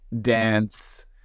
dance